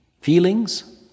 feelings